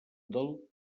del